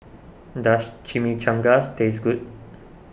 does Chimichangas taste good